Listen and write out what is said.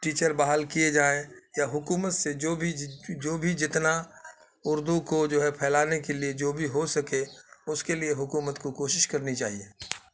teacher بحال کیے جائیں یا حکومت سے جو بھی جو بھی جتنا اردو کو جو ہے پھیلانے کے لیے جو بھی ہو سکے اس کے لیے حکومت کو کوشش کرنی چاہیے